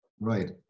right